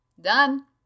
Done